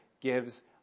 gives